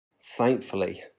Thankfully